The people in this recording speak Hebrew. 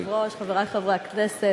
אדוני היושב-ראש, חברי חברי הכנסת,